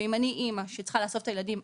אם אני אימא שצריכה לאסוף את הילדים,